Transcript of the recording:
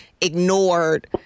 ignored